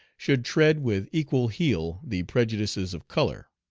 should tread with equal heel the prejudices of color.